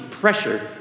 pressure